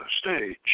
stage